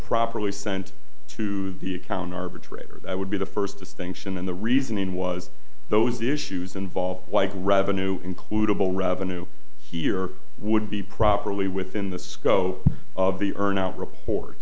properly sent to the account arbitrator that would be the first distinction and the reasoning was those issues involved like revenue include a bill revenue here would be properly within the scope of the earn out report